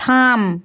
থাম